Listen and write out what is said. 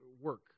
work